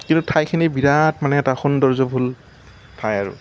কিন্তু ঠাইখিনি বিৰাট মানে এটা সৌন্দৰ্যভোল ঠাই আৰু